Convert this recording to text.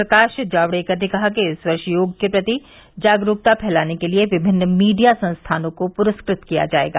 प्रकाश जावड़ेकर ने कहा कि इस वर्ष योग के प्रति जागरूकता फैलाने के लिए विभिन्न मीडिया संस्थानों को पुरस्कृत किया जायेगा